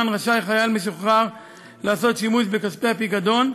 רשאי חייל משוחרר לעשות שימוש בכספי הפיקדון,